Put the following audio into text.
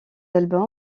albums